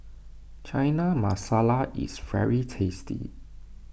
Chana Masala is very tasty